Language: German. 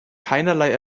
keinerlei